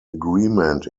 agreement